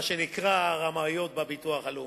מה שנקרא "רמאויות בביטוח הלאומי".